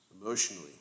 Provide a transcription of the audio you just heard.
emotionally